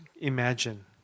imagine